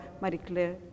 Marie-Claire